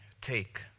take